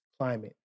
climate